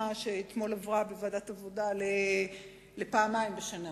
שאתמול עברה בוועדת העבודה לפעמיים בשנה.